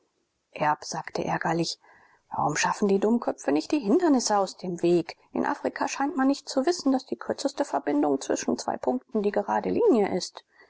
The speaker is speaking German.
erb sagte ärgerlich warum schaffen die dummköpfe nicht die hindernisse aus dem weg in afrika scheint man nicht zu wissen daß die kürzeste verbindung zwischen zwei punkten die gerade linie ist